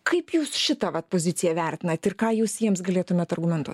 kaip jūs šitą vat poziciją vertinat ir ką jūs jiems galėtumėt argumentuot